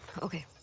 okay.